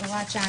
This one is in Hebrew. הוראת שעה,